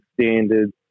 standards